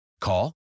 Call